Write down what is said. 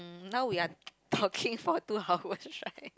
mm now we are talking for two hours right